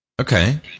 Okay